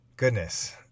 goodness